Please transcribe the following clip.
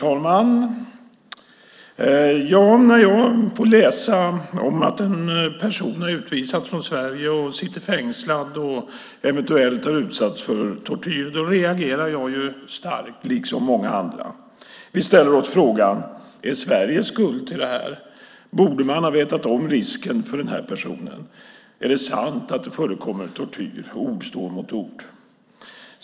Herr talman! När jag får läsa om att en person har utvisats från Sverige och sitter fängslad och eventuellt har utsatts för tortyr reagerar jag starkt, liksom många andra. Vi ställer oss frågan: Är Sverige skuld till det här? Borde man ha vetat om risken för den här personen? Är det sant att det förekommer tortyr? Ord står mot ord.